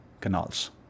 canals